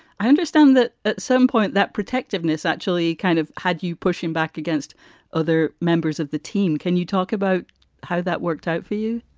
i understand that at some point that protectiveness actually kind of had you pushing back against other members of the team. can you talk about how that worked out for you?